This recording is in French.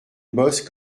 bosse